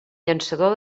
llançador